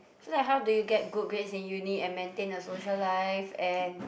so like how do you get good grades in uni and maintain a social life and